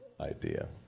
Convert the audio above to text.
idea